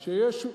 להבדיל.